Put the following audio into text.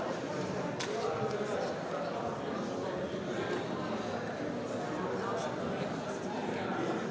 Hvala.